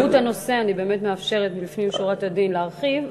בשל חשיבות הנושא אני באמת מאפשרת לפנים משורת הדין להרחיב,